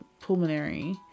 pulmonary